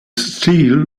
steel